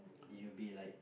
it will be like